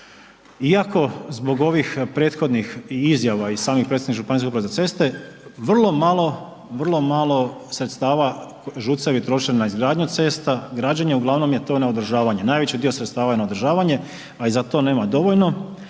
iako zbog ovih prethodnih izjava i samih predstavnika ŽUC vrlo malo, vrlo malo sredstava ŽUC-evi troše na izgradnju cesta, građenje, uglavnom je to na održavanje, najveći dio sredstava je na održavanje, a i za to nema dovoljno